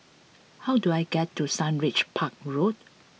how do I get to Sundridge Park Road